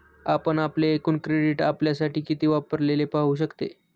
आपण आपले एकूण क्रेडिट आपल्यासाठी किती वापरलेले पाहू शकते